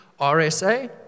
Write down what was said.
RSA